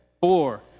Four